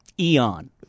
eon